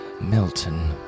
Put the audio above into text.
Milton